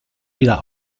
wieder